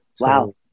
wow